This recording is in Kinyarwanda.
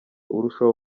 urushaho